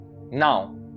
Now